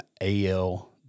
AL